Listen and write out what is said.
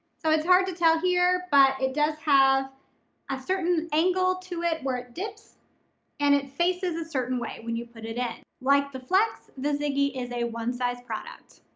so it's hard to tell here but it does have a certain angle to it where it dips and it faces a certain way when you put it in. like the flex, the ziggy is a one-size product.